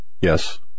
Yes